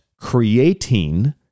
creating